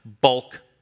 bulk